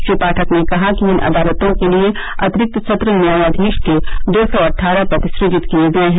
श्री पाठक ने कहा कि इन अदालतों के लिए अतिरिक्त सत्र न्यायाधीश के दो सौ अठारह पद सुजित किए गए हैं